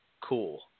cool